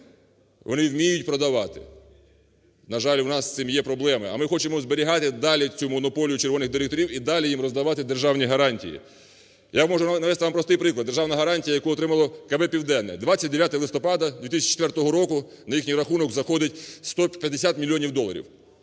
вони вміють продавати. На жаль, в нас з цим є проблеми, а ми хочемо зберігати далі цю монополію "червоних" директорів і далі їм роздавати державні гарантії. Я можу вам навести простий приклад державна гарантія, яку отримало КБ "Південне". 29 листопада 2004 року на їхній рахунок заходить 150 мільйонів доларів.